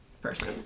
person